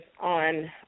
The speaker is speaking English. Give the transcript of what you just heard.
on